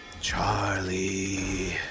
Charlie